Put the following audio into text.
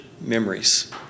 memories